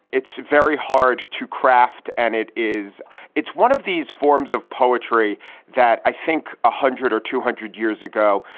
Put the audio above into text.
it's very hard to craft. and it is it's one of these forms of poetry that i think one ah hundred or two hundred years ago.